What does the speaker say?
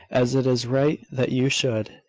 as it is right that you should.